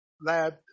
lab